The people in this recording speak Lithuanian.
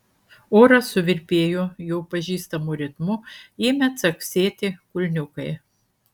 oras suvirpėjo jau pažįstamu ritmu ėmė caksėti kulniukai